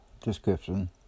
description